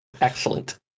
Excellent